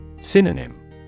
Synonym